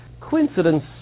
coincidence